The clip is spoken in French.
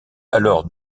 alors